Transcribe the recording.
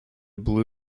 blu